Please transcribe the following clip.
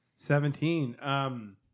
Seventeen